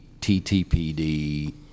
TTPD